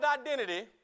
identity